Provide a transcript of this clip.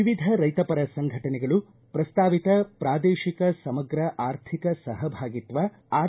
ವಿವಿಧ ರೈತಪರ ಸಂಘಟನೆಗಳು ಪ್ರಸ್ತಾವಿತ ಪ್ರಾದೇಶಿಕ ಸಮಗ್ರ ಆರ್ಥಿಕ ಸಹಭಾಗಿತ್ವ ಆರ್